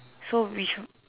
so which